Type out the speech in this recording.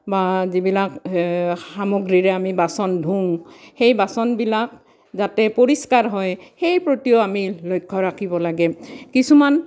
বা যিবিলাক সামগ্ৰীৰে আমি বাচন ধুওঁ সেই বাচনবিলাক যাতে পৰিষ্কাৰ হয় সেই প্ৰতিও আমি লক্ষ্য ৰাখিব লাগে কিছুমান